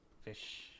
Fish